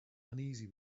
uneasy